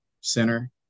center